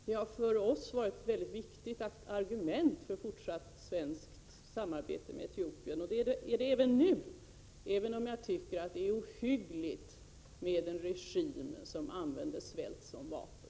Det har för oss moderater varit ett mycket viktigt argument för fortsatt svenskt samarbete med Etiopien och är det även nu, även om jag tycker att det är ohyggligt när en regim använder svält som vapen.